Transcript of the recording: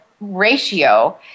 ratio